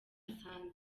asante